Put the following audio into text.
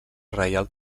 reial